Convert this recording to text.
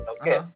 okay